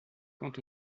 quant